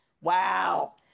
Wow